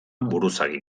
buruzagi